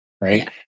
right